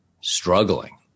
struggling